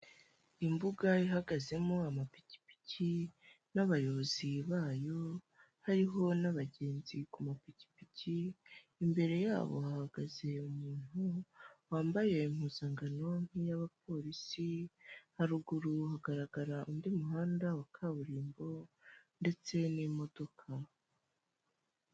Imbuga ihagazemo amapikipiki n'abayobozi bayo, hariho n'abagenzi ku mapikipiki. Imbere yabo hahagaze umuntu wambaye impuzankano nk'iy'abapolisi, haruguru hagaragara undi muhanda wa kaburimbo ndetse n'imodoka.